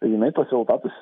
tai jinai tuos rezultatus